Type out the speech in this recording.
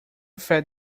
fed